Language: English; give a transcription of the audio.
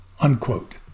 unquote